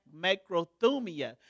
Macrothumia